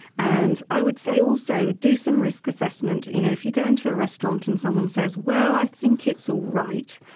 and i would say also do some risk assessment you know, if you go into a restaurant and someone says well, i think it's alright,